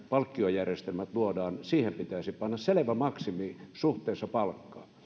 palkkiojärjestelmät luodaan pitäisi panna selvä maksimi suhteessa palkkaan